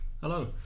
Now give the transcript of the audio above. Hello